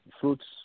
fruits